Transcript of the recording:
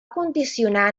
condicionar